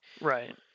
Right